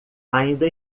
ainda